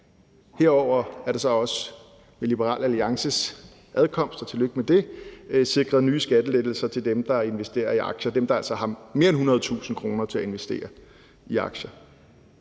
Herudover er der også med Liberal Alliances mellemkomst – og tillykke med det – sikret nye skattelettelser til dem, der investerer i aktier, dem, der altså har mere end 100.000 kr. til at investere i aktier.